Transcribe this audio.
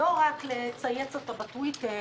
לא רק לצייץ אותה בטוויטר